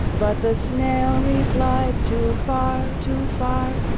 but the snail replied too far, too far!